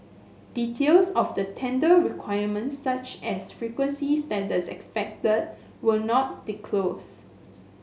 details of the tender requirements such as frequency standard expected were not disclosed